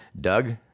Doug